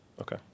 Okay